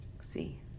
See